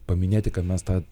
paminėti kad mes tą